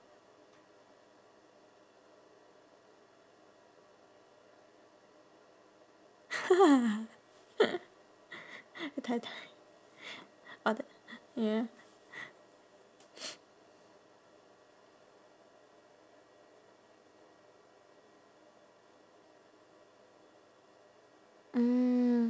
a tai tai all that ya